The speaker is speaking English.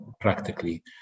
practically